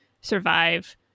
survive